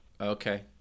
Okay